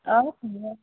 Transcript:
অঁ ধুনীয়া